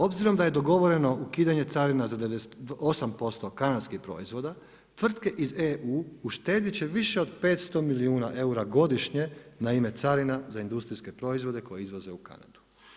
Obzirom da je dogovoreno ukidanje carina za 98% kanadskih proizvod, tvrtke iz EU uštedjeti će više od 500 milijuna eura godišnje na ime carina za industrijske proizvode koje izvoze u Kanadu.